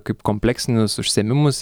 kaip kompleksinius užsiėmimus